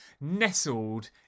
nestled